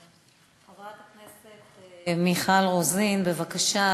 חברת הכנסת מיכל רוזין, בבקשה.